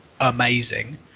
amazing